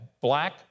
black